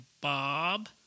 Bob